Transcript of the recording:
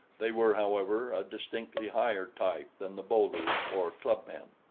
they were, however, a distinctly higher type than the bo-lu, or club-men.